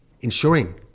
ensuring